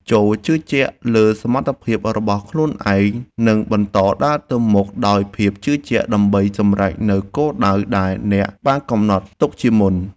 ចូរជឿជាក់លើសមត្ថភាពរបស់ខ្លួនឯង និងបន្តដើរទៅមុខដោយភាពជឿជាក់ដើម្បីសម្រេចនូវគោលដៅដែលអ្នកបានកំណត់ទុកជាមុន។